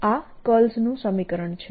આ કર્લ સમીકરણ છે